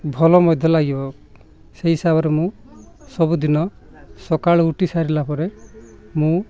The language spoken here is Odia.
ଭଲ ମଧ୍ୟ ଲାଗିବ ସେଇ ହିସାବରେ ମୁଁ ସବୁଦିନ ସକାଳୁ ଉଠି ସାରିଲା ପରେ ମୁଁ